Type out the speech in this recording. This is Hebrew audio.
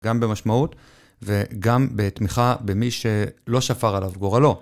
גם במשמעות וגם בתמיכה במי שלא שפר עליו גורלו.